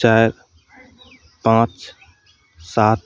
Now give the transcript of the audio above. चारि पाँच सात